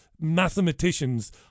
mathematicians